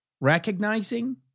recognizing